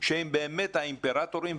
שהם באמת האימפרטורים,